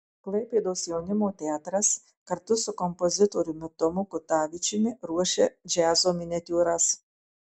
klaipėdos jaunimo teatras kartu su kompozitoriumi tomu kutavičiumi ruošia džiazo miniatiūras